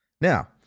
Now